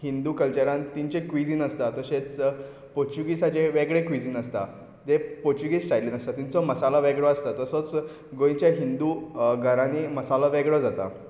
हिंदू कल्चरान तेंचें क्विझीन आसता तशेंच पोचुगिजाचें वेगळें क्विजीन आसता तें पोचुगेज स्टायलीन आसता तांचो मसालो वेगळो आसता तसोच गोंयचे हिंदू घरांनी मसालो वेगळो जाता